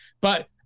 But-